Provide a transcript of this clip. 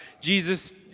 Jesus